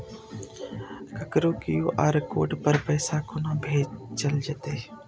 ककरो QR code पर पैसा कोना भेजल जेतै?